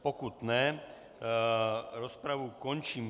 Pokud ne, rozpravu končím.